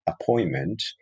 appointment